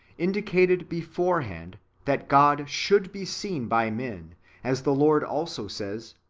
indicated beforehand that god should be seen by men as the lord also says,